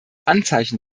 anzeichen